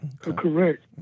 Correct